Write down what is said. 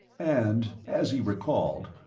and, as he recalled,